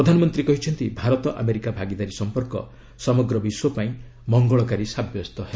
ପ୍ରଧାନମନ୍ତ୍ରୀ କହିଛନ୍ତି ଭାରତ ଆମେରିକା ଭାଗିଦାରୀ ସମ୍ପର୍କ ସମଗ୍ର ବିଶ୍ୱପାଇଁ ମଙ୍ଗଳାକାରୀ ସାବ୍ୟସ୍ତ ହେବ